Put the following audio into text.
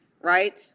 right